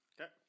Okay